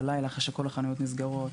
בלילה אחרי שכל החנויות נסגרות,